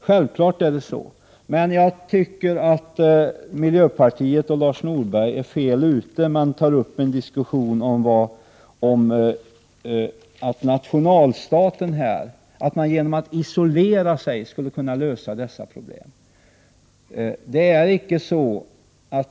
Självklart är det så, men jag tycker att ni i miljöpartiet är på fel väg när ni tar upp en diskussion om nationalstaten och om att man genom att isolera sig skall lösa dessa problem.